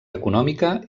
econòmica